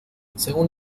según